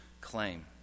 claim